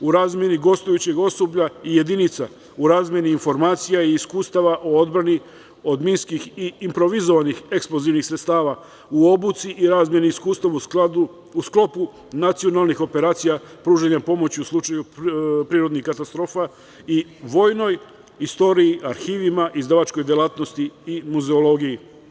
U razmeni gostujućeg osoblja i jedinici, u razmeni informacija i iskustava, u odbrani od minskih i improvizovanih eksplozivnih sredstava, u obuci i razmeni iskustava u sklopu nacionalnih operacija pružanja pomoći u slučaju prirodnih katastrofa i vojnoj istoriji, arhivi, izdavačkoj delatnosti i muzeologiji.